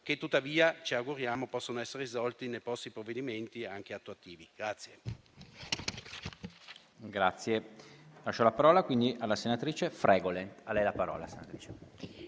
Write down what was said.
che tuttavia ci auguriamo possano essere risolti nei prossimi provvedimenti, anche attuativi.